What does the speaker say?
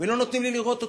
ולא נותנים לי לראות אותו.